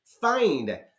find